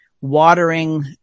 watering